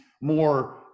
more